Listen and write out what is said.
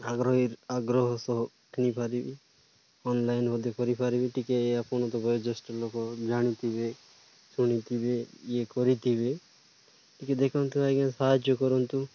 ଆଗ୍ରହ ଆଗ୍ରହ ସହ କିଣିପାରିବି ଅନଲାଇନ୍ ମଧ୍ୟ କରିପାରିବି ଟିକେ ଆପଣ ତ ବୟୋଜ୍ୟେଷ୍ଠ ଲୋକ ଜାଣିଥିବେ ଶୁଣିଥିବେ ଇଏ କରିଥିବେ ଟିକେ ଦେଖନ୍ତୁ ଆଜ୍ଞା ସାହାଯ୍ୟ କରନ୍ତୁ